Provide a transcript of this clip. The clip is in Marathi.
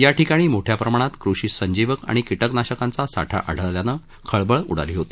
याठिकाणी मोठ्या प्रमाणात कृषी संजीवक आणि कीटकनाशकाचा साठा आढळल्यानं खळबळ उडाली होती